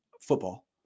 Football